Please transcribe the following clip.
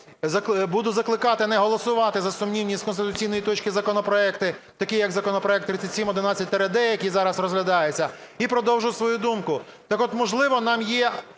Буду закликати не голосувати за сумнівні з конституційної точки законопроекти, такий як законопроект 3711-д, який зараза розглядаються. І продовжу свою думку. Так от, можливо, нам є